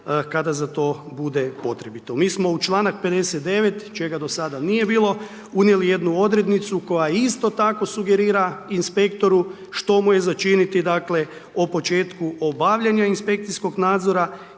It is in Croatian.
kada za to bude potrebito. Mi smo u čl. 59. čega do sada nije bilo, unijeli jednu odrednicu koja isto tako sugerira inspektoru što mu je za činiti, dakle, o početku obavljanja inspekcijskog nadzora